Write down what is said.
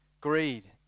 greed